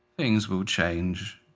things will change.